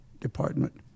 department